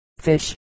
fish